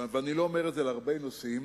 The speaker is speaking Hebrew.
ואני לא אומר את זה על הרבה נושאים,